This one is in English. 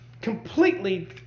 completely